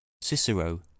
Cicero